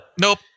Nope